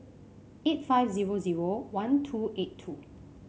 eight five zero zero one two eight two